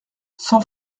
sans